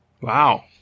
Wow